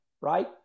right